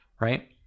Right